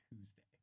Tuesday